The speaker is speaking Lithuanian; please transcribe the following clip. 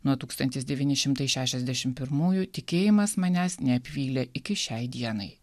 nuo tūkstantis devyni šimtai šešiasdešim pirmųjų tikėjimas manęs neapvylė iki šiai dienai